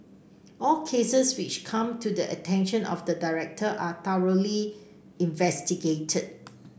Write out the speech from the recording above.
all cases which come to the attention of the director are thoroughly investigated